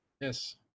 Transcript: yes